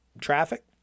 traffic